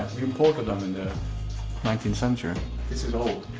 we imported them in the nineteenth century this is old.